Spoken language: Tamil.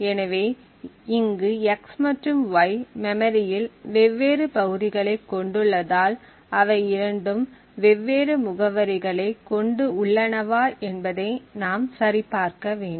எனவே இங்கு x மற்றும் y மெமரியில் வெவ்வேறு பகுதிகளைக் கொண்டுள்ளதால் அவை இரண்டும் வெவ்வேறு முகவரிகளை கொண்டு உள்ளனவா என்பதை நாம் சரிபார்க்க வேண்டும்